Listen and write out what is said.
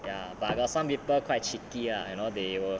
ya but got some people quite cheeky ah you know they will